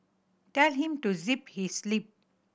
tell him to zip his lip